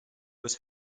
was